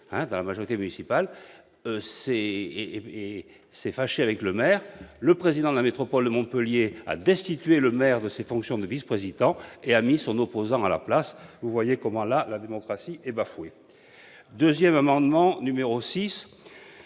de la majorité municipale s'étant fâché avec le maire, le président de la métropole de Montpellier a destitué le maire de ses fonctions de vice-président et a mis son opposant à sa place. La démocratie est bafouée ! L'amendement n° 6,